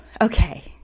okay